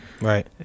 Right